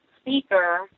speaker